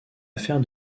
affaire